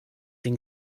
den